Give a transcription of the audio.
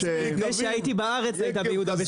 משהייתי בארץ היית ביהודה ושומרון, נכון.